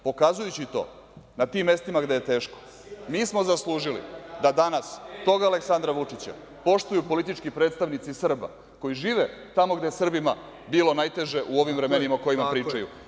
Pokazujući to na tim mestima gde je teško, mi smo zaslužili da danas tog Aleksandra Vučića poštuju politički predstavnici Srba koji žive tamo gde je Srbima bilo najteže u ovim vremenima o kojima pričaju.